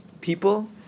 People